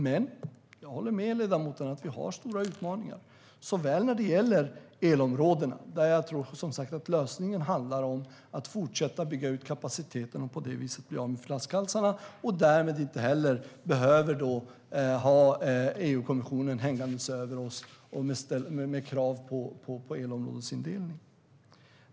Men jag håller med ledamoten om att vi har stora utmaningar när det gäller elområdena. Som sagt tror jag att lösningen där handlar om att fortsätta bygga ut kapaciteten och på det viset bli av med flaskhalsarna och därmed inte behöva ha EU-kommissionen hängande över oss med krav på elområdesindelning.